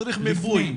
צריך מיפוי.